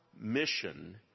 mission